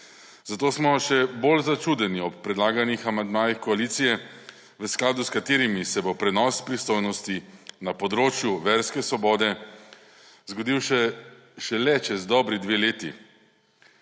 Zato smo še bolj začudeni ob predlaganih amandmajih koalicije, v skladu s katerimi se bo prenos pristojnosti na področju verske svobode zgodil šele čez dobri dve leti.